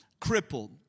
crippled